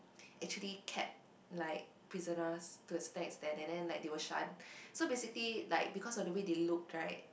actually kept like prisoners to a certain extent and then they were like shunned so basically like because of the way they looked right